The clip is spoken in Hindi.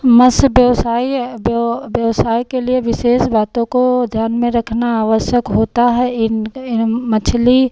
मत्स्य व्यवसाय व्यवसाय के लिए विशेष बातों को ध्यान में रखना आवश्यक होता है इन इन मछली